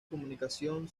comunicación